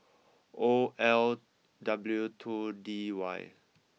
O L W two D Y